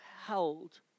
held